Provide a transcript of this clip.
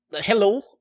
Hello